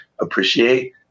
appreciate